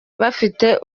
bafite